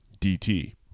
DT